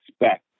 expect